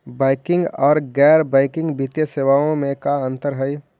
Banking और गैर banking वित्तीय सेवाओं में का अंतर हइ?